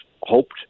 hoped